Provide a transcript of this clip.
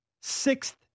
sixth